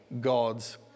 God's